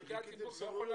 אני חיכיתי בסבלנות,